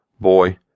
Boy